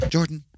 Jordan